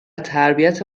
تربیت